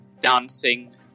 dancing